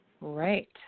Right